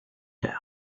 down